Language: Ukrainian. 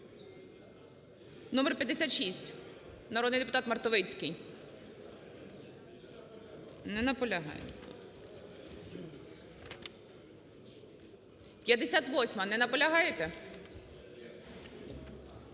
№ 56, народний депутат Мартовицький. Не наполягає. 58-а, не наполягаєте?